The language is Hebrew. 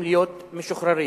הם היו צריכים להיות משוחררים.